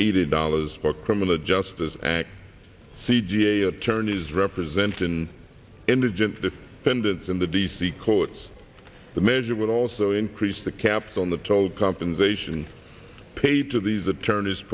eighty dollars for criminal justice act c g a attorneys representing indigent defendants in the d c courts the measure would also increase the caps on the toll compensation paid to these attorneys